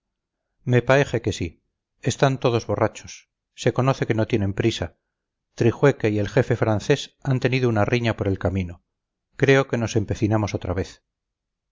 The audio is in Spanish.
me paeje que sí están todos borrachos se conoce que no tienen prisa trijueque y el jefe francés han tenido una riña por el camino creo que nos empecinamos otra vez